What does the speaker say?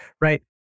right